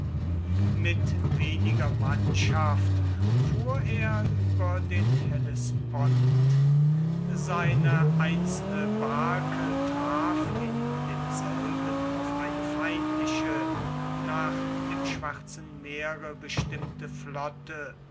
mit weniger mannschaft fuhr er über den hellespont seine einzelne barke traf in demselben auf eine feindliche nach dem schwarzen meere bestimmte flotte